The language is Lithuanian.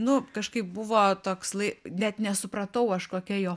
nu kažkaip buvo toks lai net nesupratau aš kokia jo